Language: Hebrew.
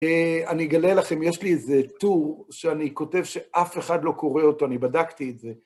אני אגלה לכם, יש לי איזה טור שאני כותב שאף אחד לא קורא אותו, אני בדקתי את זה.